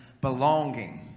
belonging